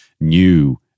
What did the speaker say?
new